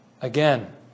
Again